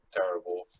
terrible